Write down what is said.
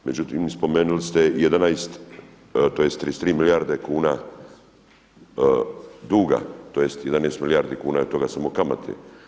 Međutim, spomenuli ste 11 tj. 33 milijarde kuna duga, tj. 11 milijardi kuna je od toga samo kamate.